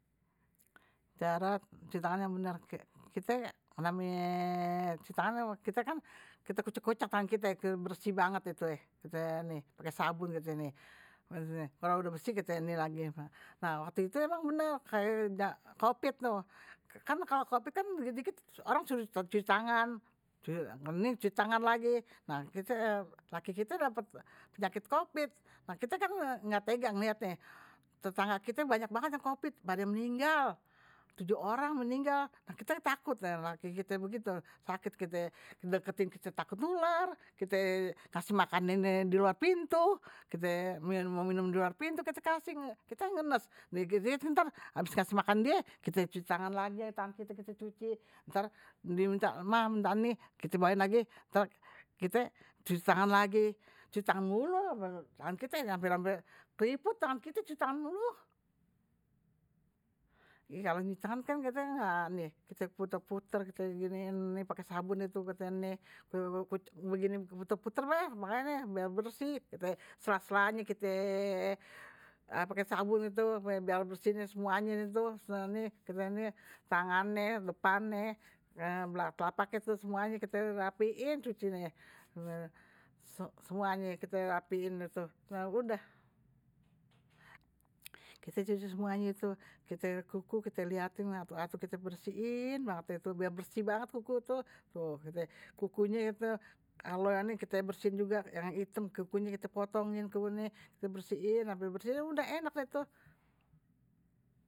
Cara cuci tangan yang bener, kite namanye cuci tangan kan kite kucek kucekkan tangan kite ampe bersih banget. pake sabun kalo udah bersih kite ini lagi. waktu itu emang bener covid tuh, kan kalo covid kan dikit dikit kite disuruh cuci tangan, cuci tangan lagi, nah laki kite dapet penyakit covid, nah kite kan ga tega lihatnye. tetanga kite banyak banget yang pade covid, pade meninggal tujuh orang meninggal, kite kan takut laki kite begitu sakit kite takut nular ngasih makannye didepan pintu. kite kite minum diluar pintu kite kasih, kite kan ngenes dikit dikit ntar habis kasih makan die cuci tangan lagi dicuci, ntar die ma minta ni, kkte bawain lagi ntar kite cuci tangan lagi, cuci tangan melulu hamper hampir hamir keriput tangan kite cuci tangan melulu, kalo cuci tangan kan kite ga ni, kite puter puter kite giniin pake sabun begini kite puter puter deh makanye biar bersih, sela selanye kite pake sabun deh tuh, kite bersihin semuanye deh tuh, tangannye depannye telapaknye, semuanye kite rapihin cucinye, semuanye kite rapihin deh tuh udah, kite cuci semuanye kuku kite liatin atu atu bersihin banget biar bersih banget deh tuh kuku, kukunye kite potongin ampe bersih udah enak deh tuh.